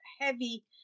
heavy